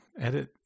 Edit